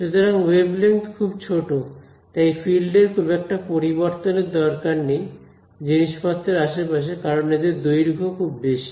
সুতরাং ওয়েভলেঙ্থ খুব ছোট তাই ফিল্ডের খুব একটা পরিবর্তনের দরকার নেই জিনিসপত্রের আশেপাশে কারণ এদের দৈর্ঘ্য খুব বেশি